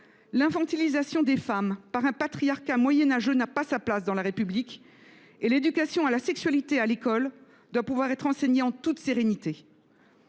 l’infantilisation des femmes par un patriarcat moyenâgeux n’a pas sa place dans la République, et l’éducation à la sexualité à l’école doit pouvoir être enseignée en toute sérénité.